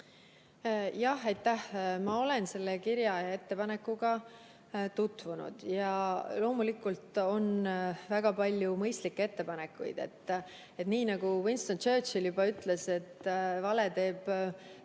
Jah, ma olen selle kirja ettepanekuga tutvunud ja loomulikult on väga palju mõistlikke ettepanekuid. Nii nagu Winston Churchill ütles, et vale teeb pool